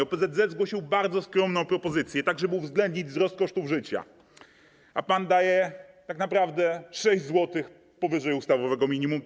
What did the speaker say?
OPZZ zgłosił bardzo skromną propozycję, żeby uwzględnić wzrost kosztów życia, a pan daje tak naprawdę 6 zł powyżej ustawowego minimum.